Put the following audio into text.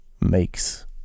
makes